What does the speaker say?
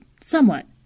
somewhat